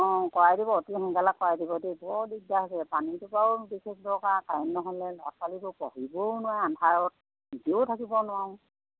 অঁ কৰাই দিব অতি সোনকালে কৰাই দিব দেই বৰ দিগদাৰ হৈছে পানীটোৰ পৰাও বিশেষ দৰকাৰ কাৰেণ্ট নহ'লে ল'ৰা ছোৱালীবোৰ পঢ়িবও নোৱাৰে আন্ধাৰত এনেও থাকিব নোৱাৰোঁ